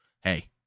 Hey